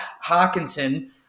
Hawkinson